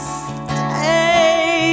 stay